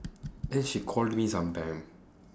then she call me sometime